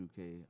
2K